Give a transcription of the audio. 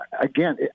again